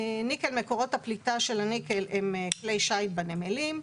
מקורות הפליטה של הניקל הם כלי שייט בנמלים,